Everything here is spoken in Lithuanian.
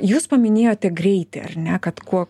jūs paminėjote greitį ar ne kad kuo